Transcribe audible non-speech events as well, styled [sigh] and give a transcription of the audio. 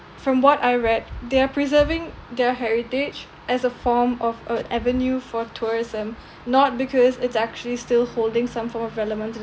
from what I read they are preserving their heritage as a form of uh avenue for tourism [breath] not because it's actually still holding some form of relevance